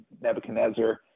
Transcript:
Nebuchadnezzar